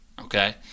okay